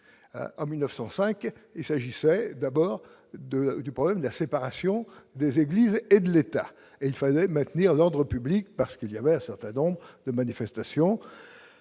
en 1905 et s'agissait d'abord de du problème de la séparation des Églises et de l'État et il fallait maintenir l'ordre public, parce qu'il y avait un certain nombre de manifestations